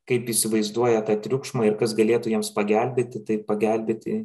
kaip įsivaizduoja tą triukšmą ir kas galėtų jiems pagelbėti taip pagelbėti